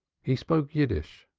he spoke yiddish,